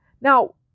Now